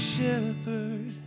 shepherd